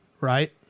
right